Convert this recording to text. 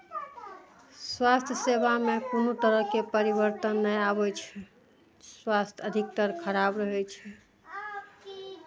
स्वास्थ्य सेवामे कोनो तरहके परिवर्तन नहि आबै छै स्वास्थ्य अधिकतर खराब रहै छै